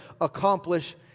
accomplish